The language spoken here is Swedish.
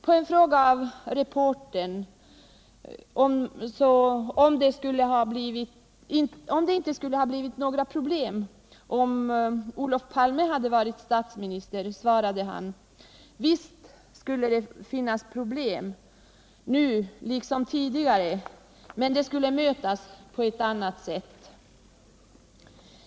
På en fråga från reportern om det inte skulle ha blivit några problem, om Olof Palme hade varit statsminister svarade han: Visst skulle det ha funnits problem nu liksom tidigare, men de skulle ha mötts på ett annat sätt.